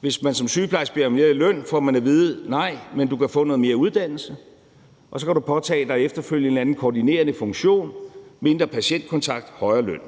Hvis man som sygeplejerske beder om mere i løn, får man at vide: Nej, men du kan få noget mere uddannelse, og så kan du efterfølgende påtage dig en eller anden koordinerende funktion, altså mindre patientkontakt, højere løn.